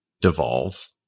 devolve